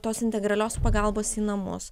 tos integralios pagalbos į namus